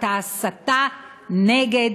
את ההסתה נגד